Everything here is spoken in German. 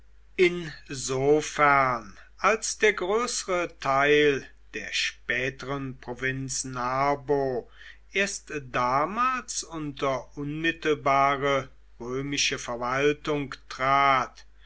insofern als der größere teil der späteren provinz narbo erst damals unter unmittelbare römische verwaltung trat